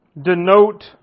denote